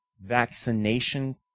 vaccination